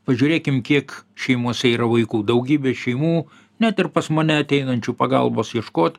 pažiūrėkim kiek šeimose yra vaikų daugybė šeimų net ir pas mane ateinančių pagalbos ieškot